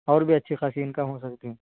اور بھی اچھی خاصی انکم ہو سکتی